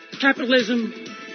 capitalism